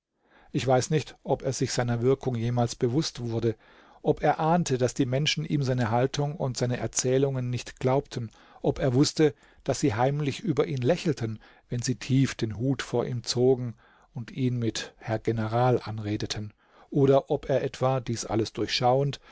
ich weiß nicht ob er sich seiner wirkung jemals bewußt wurde ob er ahnte daß die menschen ihm seine haltung und seine erzählungen nicht glaubten ob er wußte daß sie heimlich über ihn lächelten wenn sie tief den hut vor ihm zogen und ihn mit herr general anredeten oder ob er etwa dies alles durchschauend